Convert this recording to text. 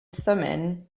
thummim